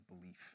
belief